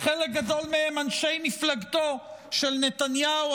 חלק גדול מהם אנשי מפלגתו של נתניהו,